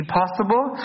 possible